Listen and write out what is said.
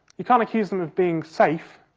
you can't accuse them of being safe.